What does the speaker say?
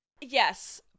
yes